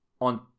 on